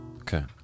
Okay